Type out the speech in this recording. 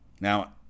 Now